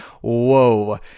whoa